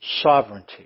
sovereignty